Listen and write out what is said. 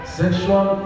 sexual